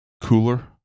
cooler